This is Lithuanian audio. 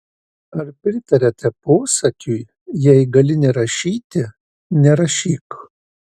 ar pritariate posakiui jei gali nerašyti nerašyk